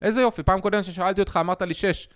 איזה יופי פעם קודם ששאלתי אותך אמרת לי שש